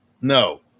No